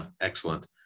excellent